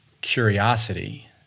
curiosity